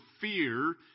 fear